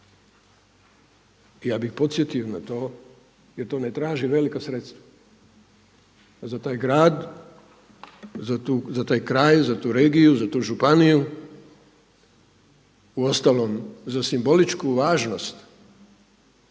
Ja bih podsjetio na to jer to ne traži velika sredstva, a za taj grad, za tu regiju, za tu županiju uostalom za simboličku važnost